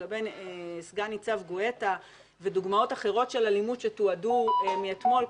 לגבי סגן ניצב גואטה ודוגמאות אחרות של אלימות שתועדו מאתמול,